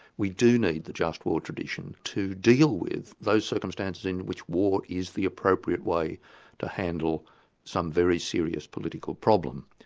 we do need the just war tradition to deal with those circumstances in which war is the appropriate way to handle some very serious political problem.